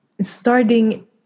starting